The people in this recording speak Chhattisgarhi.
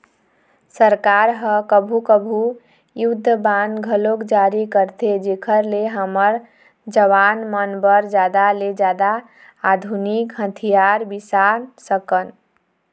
सरकार ह कभू कभू युद्ध बांड घलोक जारी करथे जेखर ले हमर जवान मन बर जादा ले जादा आधुनिक हथियार बिसा सकन